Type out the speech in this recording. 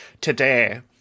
today